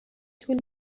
طول